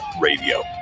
Radio